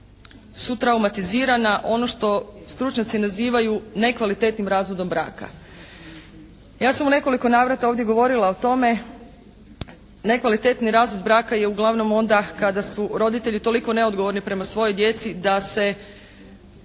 su traumatizirana ono što stručnjaci nazivaju nekvalitetnim razvodom braka. Ja sam u nekoliko navrata ovdje govorila o tome, nekvalitetni razvod braka je uglavnom onda kada su roditelji toliko neodgovorni prema svojoj djeci da se